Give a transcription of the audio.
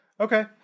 Okay